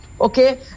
okay